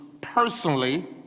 personally